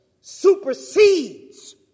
supersedes